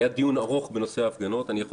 היה דיון ארוך בנושא ההפגנות ואני יכול